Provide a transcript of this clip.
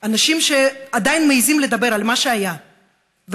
אנשים שעדיין מעיזים לדבר על מה שהיה ומדברים